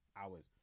hours